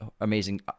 amazing